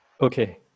Okay